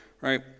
right